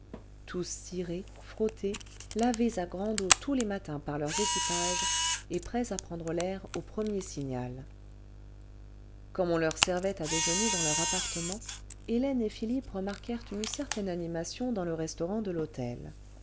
tous cirés frottés lavés à grande eau tous les matins par leurs équipages et prêts à prendre l'air au premier signal comme on leur servait à déjeuner dans leur appartement hélène et philippe remarquèrent une certaine animation dans le restaurant de l'hôtel